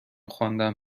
خواندن